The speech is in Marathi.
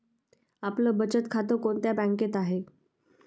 आपलं बचत खातं कोणत्या बँकेत आहे?